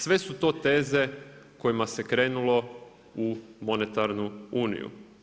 Sve su to teze kojima se krenulo u monetarnu uniju.